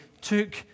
took